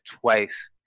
twice